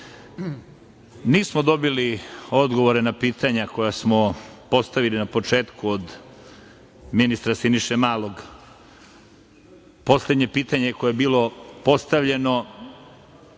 Bog. Nismo dobili odgovore na pitanja koja smo postavili na početku od ministra Siniše Malog. Poslednje pitanje koje je bilo postavljeno